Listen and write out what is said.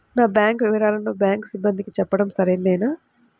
నా బ్యాంకు వివరాలను బ్యాంకు సిబ్బందికి చెప్పడం సరైందేనా?